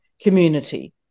community